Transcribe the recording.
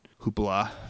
hoopla